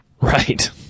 Right